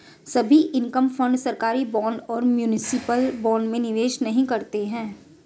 सभी income fund सरकारी bond और म्यूनिसिपल बॉन्ड में निवेश नहीं करते हैं